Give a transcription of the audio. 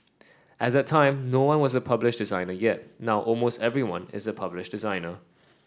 at that time no one was a published designer yet now almost everyone is a published designer